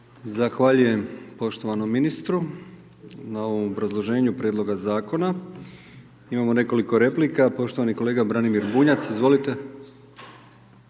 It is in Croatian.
Zahvaljujem poštovanom ministru na ovome obrazloženju prijedloga zakona. Imamo nekoliko replika, poštovani kolega Branimir Bunjac, izvolite.